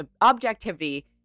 objectivity